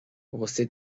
você